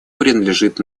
принадлежат